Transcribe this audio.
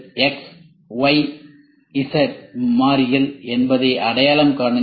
X Y Z மாறிகள் என்பதை அடையாளம் காணுங்கள்